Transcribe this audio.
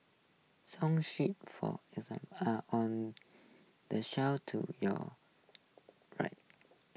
song sheets for are on the shelf to your right